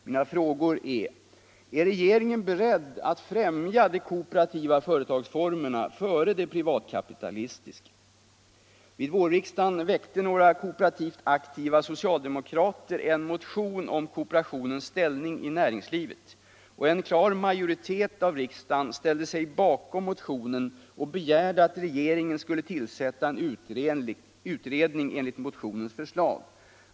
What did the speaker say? Min första fråga är: Är regeringen beredd att främja de kooperativa företagsformerna före de privatkapitalistiska? Vid vårriksdagen väckte några kooperativt aktiva socialdemokrater en motion om kooperationens ställning i näringslivet. En klar majoritet av riksdagen ställde sig bakom motionen och begärde att regeringen skulle tillsätta en utredning enligt motionens förslag.